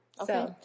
Okay